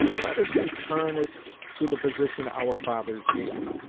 let us return it to the position our fathers gave it,